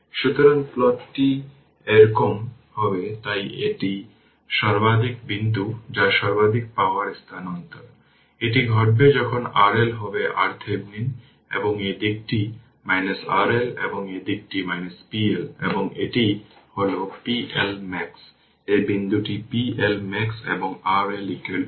সুতরাং singularity function গুলি এমন ফাংশন যা হয় ডিসকন্টিনুয়াস বা ডিসকন্টিনুয়াস ডেরিভেটিভ রয়েছে